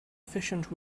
efficient